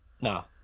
no